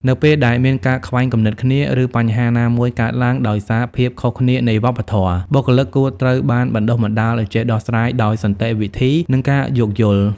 នៅពេលដែលមានការខ្វែងគំនិតគ្នា ឬបញ្ហាណាមួយកើតឡើងដោយសារភាពខុសគ្នានៃវប្បធម៌ បុគ្គលិកគួរត្រូវបានបណ្តុះបណ្តាលឱ្យចេះដោះស្រាយដោយសន្តិវិធី និងការយោគយល់។